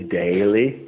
daily